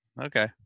Okay